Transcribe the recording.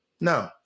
No